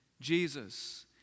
Jesus